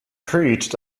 preached